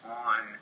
on